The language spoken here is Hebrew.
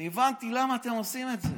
אני הבנתי למה אתם עושים את זה,